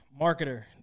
marketer